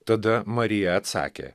tada marija atsakė